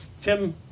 Tim